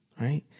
right